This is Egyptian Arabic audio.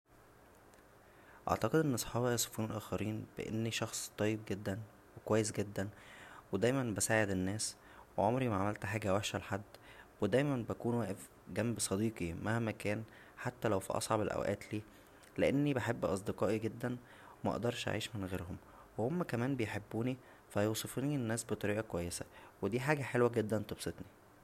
اعتقد ان صحابى هيصفونى للاخرين ب انى شخص طيب جدا و كويس جدا ودايما بساعجد الناس وعمرى ما عملت حاجه وحشه لحد ودايما بكون واقف جنب صديقى مهما كان حتى لو فى اصعب الاوقات ليه لانى بحب اصدقائى جدا مقدرش اعيش من غيرهم و هما كمان بيحبونى فا هيوصفونى للناس بطريقه كويسه و دى حاجه حلوه جدا تبسطنى